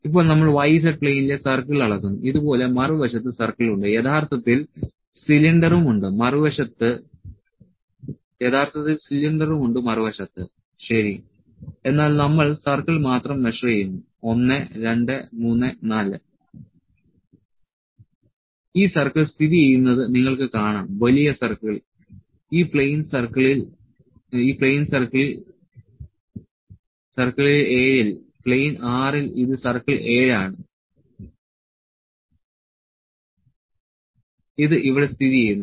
ഇപ്പോൾ നമ്മൾ y z പ്ലെയിനിലെ സർക്കിൾ അളക്കുന്നു ഇതുപോലെ മറുവശത്ത് സർക്കിൾ ഉണ്ട് യഥാർത്ഥത്തിൽ സിലിണ്ടറും ഉണ്ട് മറുവശത്ത് ശരി എന്നാൽ നമ്മൾ സർക്കിൾ മാത്രം മെഷർ ചെയ്യുന്നു 1234 ഈ സർക്കിൾ സ്ഥിതിചെയ്യുന്നത് നിങ്ങൾക്ക് കാണാം വലിയ സർക്കിൾ ഈ പ്ലെയിൻ സർക്കിളിൽ 7 ൽ പ്ലെയിൻ 6 ൽ ഇത് സർക്കിൾ 7 ആണ് ഇത് ഇവിടെ സ്ഥിതിചെയ്യുന്നു